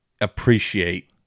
appreciate